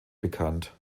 bekannt